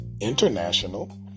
international